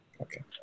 Okay